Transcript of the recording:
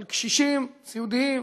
של קשישים סיעודיים,